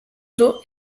dos